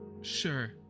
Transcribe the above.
sure